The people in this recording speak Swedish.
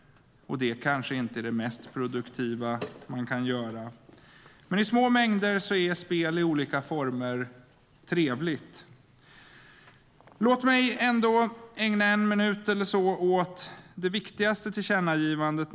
Det är kanske inte det mest produktiva man kan göra. Men i små mängder är spel i olika former trevligt. Låt mig ändå ägna en minut eller så åt det viktigaste tillkännagivandet.